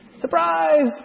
Surprise